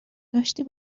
داشتی